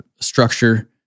structure